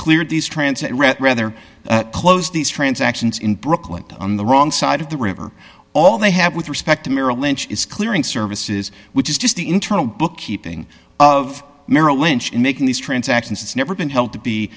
cleared these transit regt rather closed these transactions in brooklyn on the wrong side of the river all they have with respect to merrill lynch is clearing services which is just the internal bookkeeping of merrill lynch in making these transactions it's never been held to be